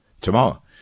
tomorrow